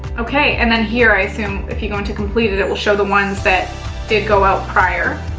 okay. and then here i assume if you're going to complete it, it will show the ones that did go out prior.